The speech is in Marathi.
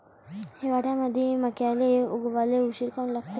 हिवाळ्यामंदी मक्याले उगवाले उशीर काऊन लागते?